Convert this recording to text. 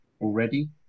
already